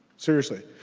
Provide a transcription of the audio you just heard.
seriously.